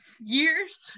years